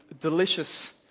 delicious